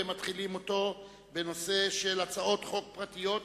ומתחילים אותו בהצעות חוק פרטיות.